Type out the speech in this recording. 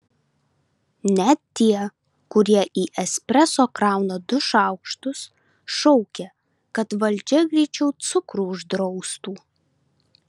net tie kurie į espreso krauna du šaukštus šaukia kad valdžia greičiau cukrų uždraustų